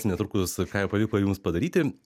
netrukus ką jau pavyko jums padaryti